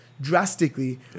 Drastically